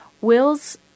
Wills